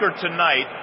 tonight